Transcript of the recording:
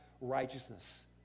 righteousness